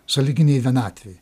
sąlyginėj vienatvėj